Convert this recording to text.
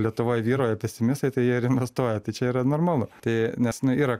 lietuvoj vyrauja pesimistai tai jie ir investuoja tai čia yra normalu tai nes nu yra